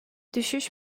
düşüş